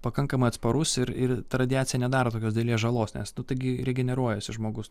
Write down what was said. pakankamai atsparus ir ir ta radiacija nedaro tokios didelės žalos nes nu taigi regeneruojasi žmogus